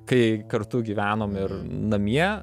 kai kartu gyvenom ir namie